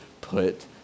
put